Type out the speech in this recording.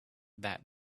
that